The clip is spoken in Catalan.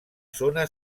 zona